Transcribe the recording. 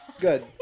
Good